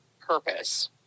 purpose